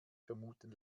vermuten